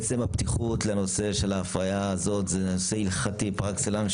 עצם הפתיחות לנושא של ההפריה שהוא נושא הלכתי פר אקסלנס,